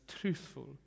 truthful